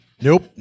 Nope